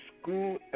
school